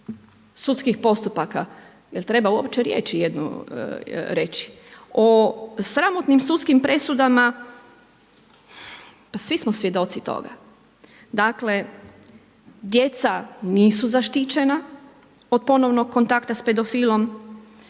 sudskih postupaka, je li treba uopće riječ jednu rije? O sramotnim sudskim presudama, pa svi smo svjedoci toga. Dakle, djeca nisu zaštićena od ponovnog kontakta sa pedofilom,